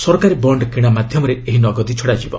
ସରକାରୀ ବଣ୍ଡ୍ କିଣା ମାଧ୍ୟମରେ ଏହି ନଗଦି ଛଡ଼ାଯିବ